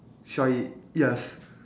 try it yes